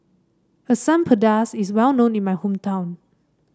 Asam Pedas is well known in my hometown